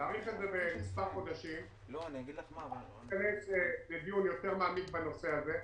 להאריך את זה במספר חודשים ואז להיכנס לדיון יותר מעמיק בנושא הזה.